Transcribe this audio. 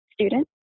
student